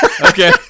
Okay